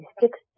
six